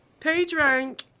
PageRank